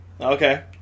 Okay